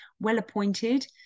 well-appointed